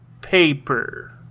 paper